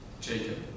Jacob